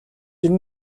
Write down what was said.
энэ